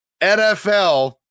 NFL